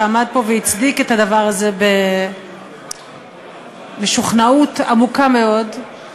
שעמד פה והצדיק את הדבר הזה במשוכנעות עמוקה מאוד,